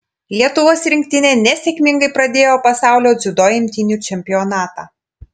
lietuvos rinktinė nesėkmingai pradėjo pasaulio dziudo imtynių čempionatą